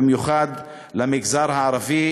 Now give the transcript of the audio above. במיוחד למגזר הערבי,